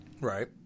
Right